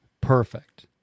perfect